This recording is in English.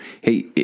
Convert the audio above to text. hey